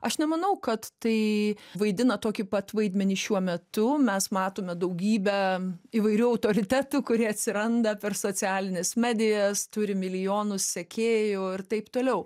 aš nemanau kad tai vaidina tokį pat vaidmenį šiuo metu mes matome daugybę įvairių autoritetų kurie atsiranda per socialines medijas turi milijonus sekėjų ir taip toliau